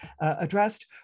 addressed